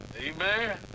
Amen